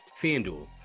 Fanduel